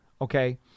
Okay